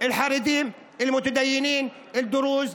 את החרדים, את הדתיים, את הדרוזים,